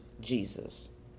Jesus